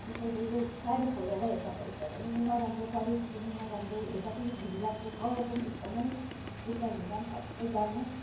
त्यसैले यो साडी खोलेर हेर्दा त एकदमै नराम्रो क्वालिटी पनि नराम्रो हेर्दा पनि घिनलाग्दो कलर पनि एकदमै एकताल धुँदा पनि सट्टै जाने